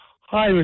Hi